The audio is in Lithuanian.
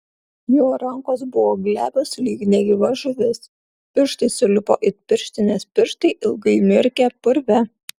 jo rankos buvo glebios lyg negyva žuvis pirštai sulipo it pirštinės pirštai ilgai mirkę purve